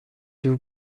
vous